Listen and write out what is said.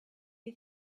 you